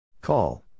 Call